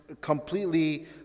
completely